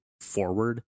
forward